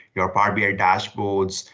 your power bi dashboards,